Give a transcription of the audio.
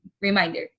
Reminder